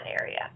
area